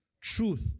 Truth